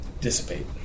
dissipate